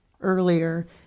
earlier